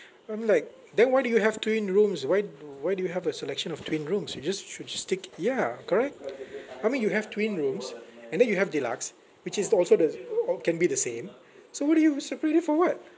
I'm like then why do you have twin rooms why why do you have a selection of twin rooms you just should stick ya correct I mean you have twin rooms and then you have deluxe which is also the oo can be the same so what do you separate it for what